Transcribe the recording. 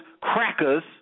crackers